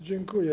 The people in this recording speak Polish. Dziękuję.